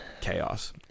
chaos